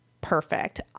perfect